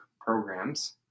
programs